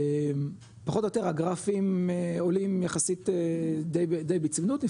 פחות או יותר הגרפים עולים יחסית די בצניעות.